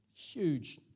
Huge